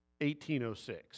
1806